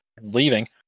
leaving